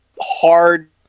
hard